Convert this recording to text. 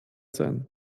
sein